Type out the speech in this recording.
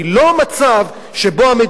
לא המצב שבו המדינה,